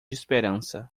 esperança